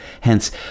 Hence